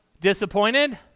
Disappointed